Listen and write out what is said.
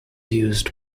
used